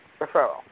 referral